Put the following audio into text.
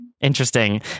Interesting